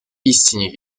истине